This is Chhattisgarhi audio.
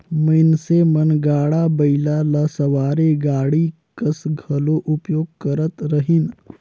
मइनसे मन गाड़ा बइला ल सवारी गाड़ी कस घलो उपयोग करत रहिन